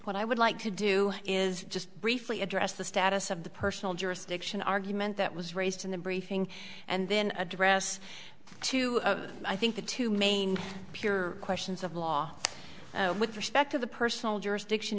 what i would like to do is just briefly address the status of the personal jurisdiction argument that was raised in the briefing and then address to i think the two main pure questions of law with respect to the personal jurisdiction